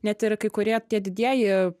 net ir kai kurie tie didieji